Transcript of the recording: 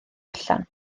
allan